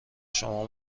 شما